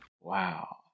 Wow